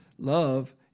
Love